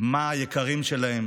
מה היקרים שלהם